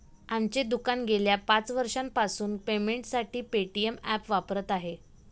आमचे दुकान गेल्या पाच वर्षांपासून पेमेंटसाठी पेटीएम ॲप वापरत आहे